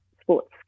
sports